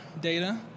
data